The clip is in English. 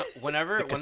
whenever